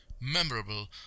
memorable